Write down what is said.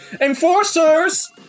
enforcers